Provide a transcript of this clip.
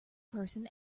person